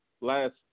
last